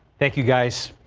thank you guys.